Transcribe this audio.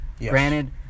Granted